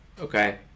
Okay